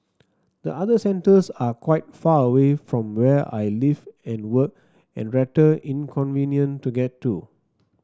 the other centres are quite far away from where I live and work and rather inconvenient to get to